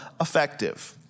effective